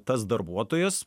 tas darbuotojas